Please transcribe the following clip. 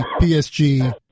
PSG